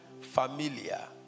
familia